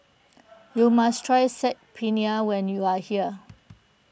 you must try Saag Paneer when you are here